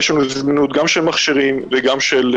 באריכות בסיבוב הקודם אז אני לא חוזר ומסביר אותם.